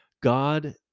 God